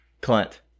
Clint